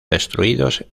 destruidos